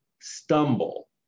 stumble